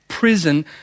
Prison